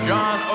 John